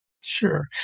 Sure